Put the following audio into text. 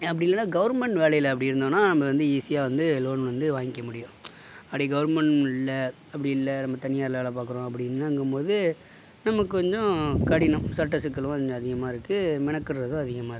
அப்படி இல்லைன்னா கவர்மெண்ட் வேலயில் அப்படி இருந்தோன்னா நம்ம வந்து ஈஸியாக வந்து லோன் வந்து வாங்கிக்க முடியும் அப்படி கவர்மெண்ட் இல்லை அப்படி இல்லை நம்ப தனியாரில் வேலை பார்க்குறோம் அப்படின்னுங்கும் போது நம்ம கொஞ்சம் கடினம் சட்ட சிக்கலும் கொஞ்சம் அதிகமாக இருக்கு மெனக்கட்றதும் அதிகமாக இருக்கு